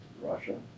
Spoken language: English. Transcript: Russia